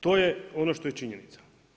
To je ono što je činjenica.